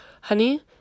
honey